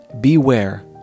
beware